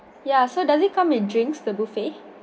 ya so does it come with drinks the buffet